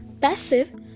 passive